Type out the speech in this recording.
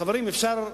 חברים, אפשר?